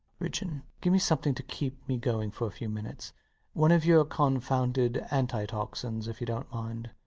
ridgeon give me something to keep me going for a few minutes one of your confounded anti-toxins, if you dont mind.